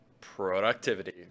productivity